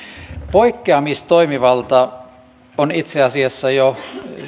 poikkeamistoimivaltaa käsittelevä laki on itse asiassa jo